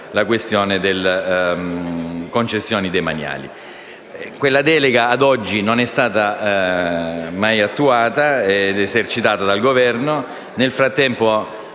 Grazie